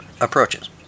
approaches